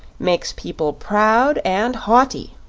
makes people proud and haughty.